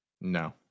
No